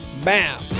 bam